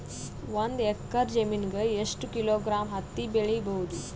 ಒಂದ್ ಎಕ್ಕರ ಜಮೀನಗ ಎಷ್ಟು ಕಿಲೋಗ್ರಾಂ ಹತ್ತಿ ಬೆಳಿ ಬಹುದು?